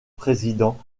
présidents